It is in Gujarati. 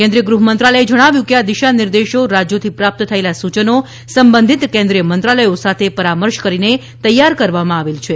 કેન્દ્રીય ગૃહમંત્રાલયે જણાવ્યું કે આ દિશાનિર્દેશો રાજયોથી પ્રાપ્ત થયેલા સુચનો સંબંધિત કેન્દ્રીય મંત્રાલયો સાથે પરામર્શ કરીને તૈયાર કરવામાં આવેલ છે